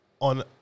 On